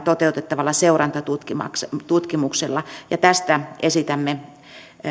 toteutettavalla seurantatutkimuksella ja tästä esitämme